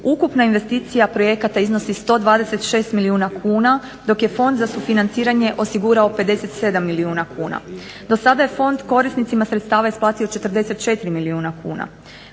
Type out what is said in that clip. Ukupna investicija projekata iznosi 126 milijuna kuna dok je Fond za sufinanciranje osigurao 57 milijuna kuna. Dosada je fond korisnicima sredstava isplatio 44 milijuna kuna.